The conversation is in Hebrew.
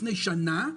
לפני שנה,